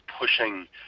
pushing